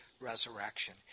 resurrection